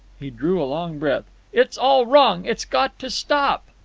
he drew a long breath. it's all wrong. it's got to stop.